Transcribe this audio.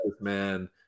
man